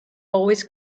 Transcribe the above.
always